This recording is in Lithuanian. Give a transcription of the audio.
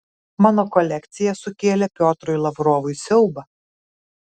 mano kolekcija sukėlė piotrui lavrovui siaubą